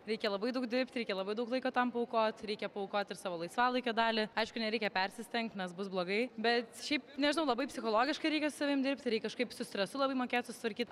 reikia labai daug dirbt reikia labai daug laiko tam paaukot reikia paaukot ir savo laisvalaikio dalį aišku nereikia persistengt nes bus blogai bet šiaip nežinau labai psichologiškai reikia su savim dirbt reik kažkaip su stresu labai mokėt susitvarkyt